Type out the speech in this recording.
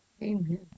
Amen